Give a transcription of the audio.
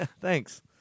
Thanks